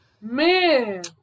Man